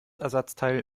ersatzteil